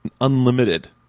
unlimited